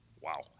wow